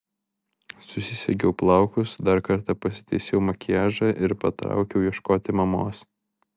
susisegiau plaukus dar kartą pasitaisiau makiažą ir patraukiau ieškoti mamos